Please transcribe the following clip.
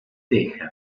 teja